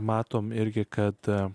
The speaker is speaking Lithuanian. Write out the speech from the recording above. matome irgi kad